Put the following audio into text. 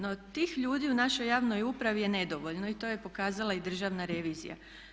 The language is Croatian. No tih ljudi u našoj javnoj upravi je nedovoljno i to je pokazala i državna revizija.